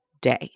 day